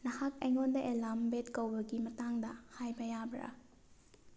ꯅꯍꯥꯛ ꯑꯩꯉꯣꯟꯗ ꯑꯦꯂꯥꯔꯝ ꯕꯦꯗ ꯀꯧꯕꯒꯤ ꯃꯇꯥꯡꯗ ꯍꯥꯏꯕ ꯌꯥꯕ꯭ꯔꯥ